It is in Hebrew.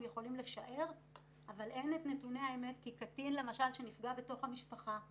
הם יכולים לשער אבל אין את נתוני האמת כי למשל קטין שנפגע בתוך המשפחה,